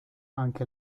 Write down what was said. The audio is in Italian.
anche